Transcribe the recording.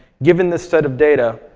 given this set of data,